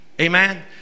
Amen